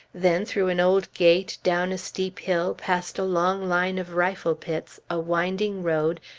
then, through an old gate, down a steep hill, past a long line of rifle-pits, a winding road,